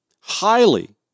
highly